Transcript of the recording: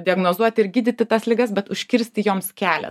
diagnozuoti ir gydyti tas ligas bet užkirsti joms kelią